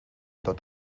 dod